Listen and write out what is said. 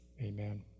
Amen